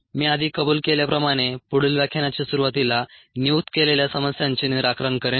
मी आधी कबूल केल्याप्रमाणे पुढील व्याख्यानाच्या सुरुवातीला नियुक्त केलेल्या समस्यांचे निराकरण करेन